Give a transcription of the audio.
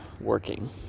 working